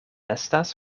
estas